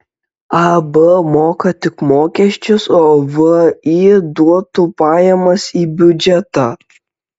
ab moka tik mokesčius o vį duotų pajamas į biudžetą